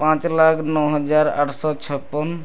ପାଞ୍ଚ ଲକ୍ଷ ନଅ ହଜାର ଆଠ ଶହ ଛପନ୍